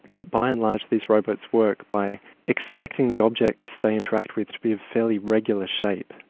but by and large these robots work by expecting the objects they interact with to be a fairly regular shape,